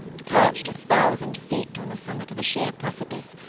perched a thousand feet on the summit of a sheer precipice,